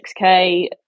6K